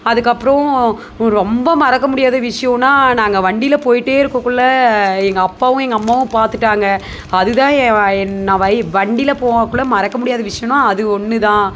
அதுக்கப்புறோம் ரொம்ப மறக்க முடியாத விஷயோன்னா நாங்கள் வண்டியில் போயிட்டே இருக்கக்குள்ள எங்கள் அப்பாவும் எங்கள் அம்மாவும் பார்த்துட்டாங்க அதுதான் ஏன் என் நான் வை வண்டியில் போகக்குள்ள மறக்க முடியாத விஷயோன்னா அது ஒன்று தான்